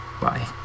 Bye